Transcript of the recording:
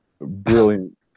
brilliant